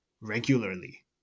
regularly